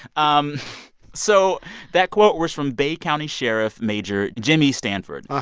um so that quote was from bay county sheriff major jimmy stanford.